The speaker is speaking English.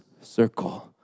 circle